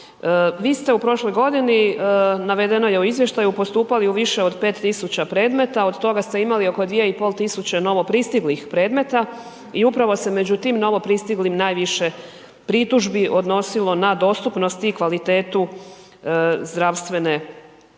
Vi ste u prošloj godini, navedeno je u izvještaju postupali u više od 5.000 predmeta, od toga ste imali oko 2.500 novo pristiglih predmeta i upravo se među tim novo pristiglim najviše pritužbi odnosilo na dostupnost i kvalitetu zdravstvene zaštite.